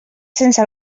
sense